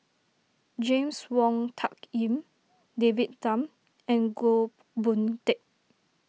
James Wong Tuck Yim David Tham and Goh Boon Teck